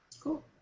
Cool